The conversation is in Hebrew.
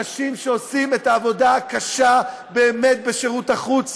אנשים שעושים את העבודה הקשה-באמת בשירות החוץ,